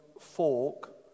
fork